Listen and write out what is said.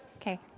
Okay